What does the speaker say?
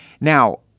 Now